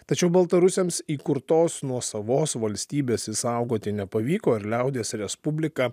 tačiau baltarusiams įkurtos nuosavos valstybės išsaugoti nepavyko ir liaudies respublika